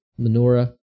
menorah